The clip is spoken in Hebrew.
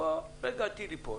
בוא, רגע הסיב ייפול.